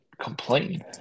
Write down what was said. complain